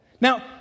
Now